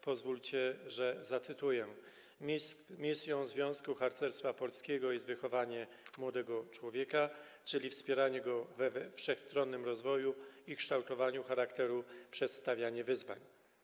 Pozwólcie, że zacytuję: Misją Związku Harcerstwa Polskiego jest wychowanie młodego człowieka, czyli wspieranie go we wszechstronnym rozwoju i kształtowaniu charakteru przez stawianie wyzwań.